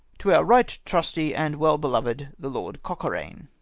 to our right trusty and well-beloved, the lord cocorane.